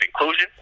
inclusion